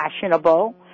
fashionable